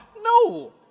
No